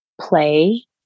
play